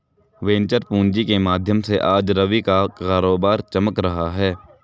venture पूँजी के माध्यम से आज रवि का कारोबार चमक रहा है